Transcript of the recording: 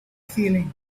feeling